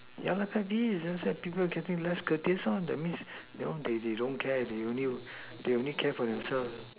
yeah lor pet peeve is people getting less courtesy lor that means they don't care they only care for themselves